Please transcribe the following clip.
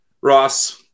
Ross